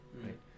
right